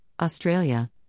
Australia